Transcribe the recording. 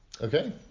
Okay